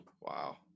wow